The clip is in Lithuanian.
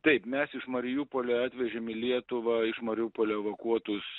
taip mes iš mariupolio atvežėm į lietuvą iš mariupolio evakuotus